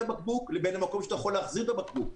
הבקבוק לבין המקום שאתה יכול להחזיר בו את הבקבוק.